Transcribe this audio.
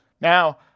Now